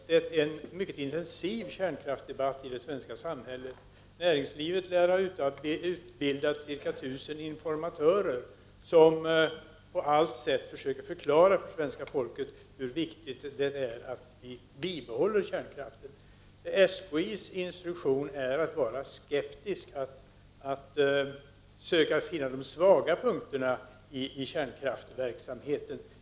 En mycket intensiv kärnkraftsdebatt pågår nu i det svenska samhället. Näringslivet lär ha utbildat ca 1 000 informatörer som på alla sätt försöker förklara för svenska folket hur viktigt det är att vi bibehåller kärnkraften. SKI:s instruktion är att vara skeptisk. att söka finna de svaga punkterna i kärnkraftsverksamheten.